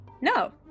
no